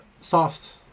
soft